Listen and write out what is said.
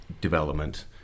development